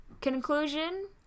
conclusion